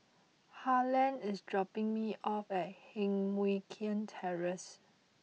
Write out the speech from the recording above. Harland is dropping me off at Heng Mui Keng Terrace